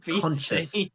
conscious